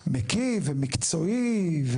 מקיף ומקצועי.